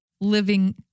living